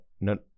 no